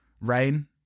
rain